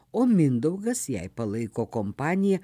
o mindaugas jai palaiko kompaniją